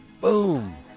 Boom